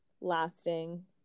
lasting